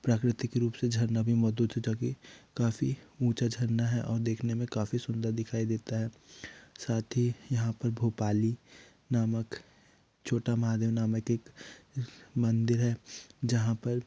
प्राकृतिक रूप से झरना भी मौजूद है ताकी काफ़ी ऊंचा झरना है और देखने में काफ़ी सुन्दर दिखाई देता है साथ ही यहाँ पर भोपाली नामक छोटा महादेव नामक एक मंदिर है जहाँ पर